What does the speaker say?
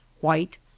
white